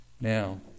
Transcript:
now